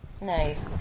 Nice